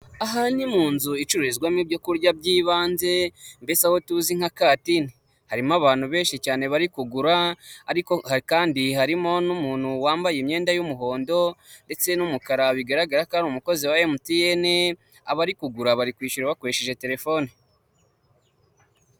Aha ni mu nzu icururizwamo ibyo kurya by'ibanze, mbese aho tuzi nka kantine, harimo abantu benshi cyane bari kugura ariko kandi harimo n'umuntu wambaye imyenda y'umuhondo ndetse n'umukara bigaragara ko ari umukozi wa MTN, abari kugura bari kwishyura bakoresheje terefoni.